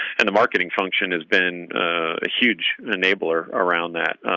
and the marketing function has been a huge enabler around that.